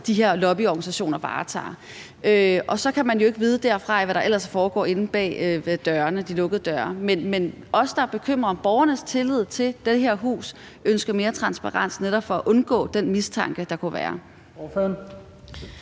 de her lobbyorganisationer varetager. Så kan man jo ikke vide derfra, hvad der ellers foregår inde bag de lukkede døre. Men os, der bekymrer os om borgernes tillid til det her hus, ønsker mere transparens for netop at undgå den mistanke, der kunne være.